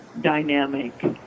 dynamic